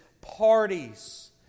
parties